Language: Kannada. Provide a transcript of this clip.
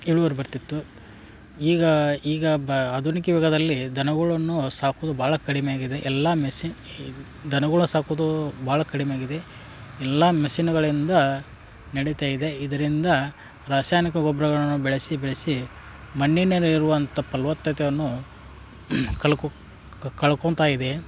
ಇಳುವರಿ ಬರ್ತಿತ್ತು ಈಗ ಈಗ ಬ ಆಧುನಿಕ ಯುಗದಲ್ಲಿ ದನಗಳನ್ನು ಸಾಕುವುದು ಭಾಳ ಕಡಿಮೆ ಆಗಿದೆ ಎಲ್ಲ ಮೆಸಿನ್ ಈ ದನಗಳ ಸಾಕುವುದು ಭಾಳ ಕಡಿಮೆ ಆಗಿದೆ ಎಲ್ಲ ಮೆಸಿನುಗಳಿಂದ ನಡಿತಾ ಇದೆ ಇದರಿಂದ ರಾಸಾಯನಿಕ ಗೊಬ್ಬರಗಳನ್ನು ಬಳಸಿ ಬಳಸಿ ಮಣ್ಣಿನಲ್ಲಿರುವಂಥ ಫಲವತ್ತತೆಯನ್ನು ಕಳ್ಕೊಳ್ತಾ ಇದೆ